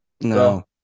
No